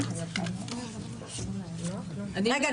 --- רגע,